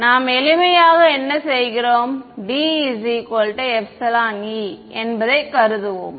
நாம் எளிமையாகக் என்ன செய்கிறோம் D ε E என்பதை கருதுவோம்